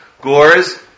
gores